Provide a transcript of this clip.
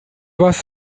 was